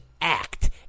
act